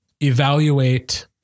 evaluate